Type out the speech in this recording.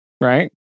right